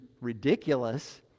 ridiculous